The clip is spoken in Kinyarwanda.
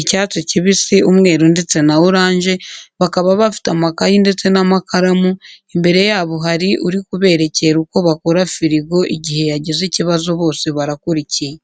icyatsi kibisi, umweru ndetse na orange, bakaba bafite amakayi ndetse n'amakaramu, imbere yabo hari urikuberekera uko bakora firigo igihe yagize ikibazo bose barakurikiye.